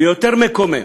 ויותר מקומם,